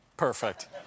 Perfect